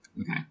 Okay